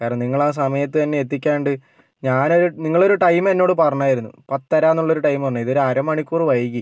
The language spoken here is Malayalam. കാരണം നിങ്ങള് ആ സമയത്ത് തന്നെ എത്തിക്കാണ്ട് ഞാനത് നിങ്ങളൊരു ടൈമ് എന്നോട് പറഞ്ഞതായിരുന്നു പത്തര എന്നുള്ളൊരു ടൈം പറഞ്ഞത് ഇത് ഒരു അര മണിക്കൂർ വൈകി